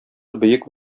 бөек